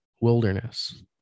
wilderness